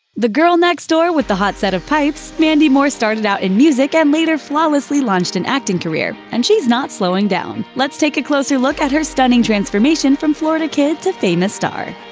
the girl next door with the hot set of pipes, mandy moore started out in music and later flawlessly launched an acting career and she's not slowing down. let's take a closer look at her stunning transformation from florida kid to famous star.